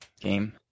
game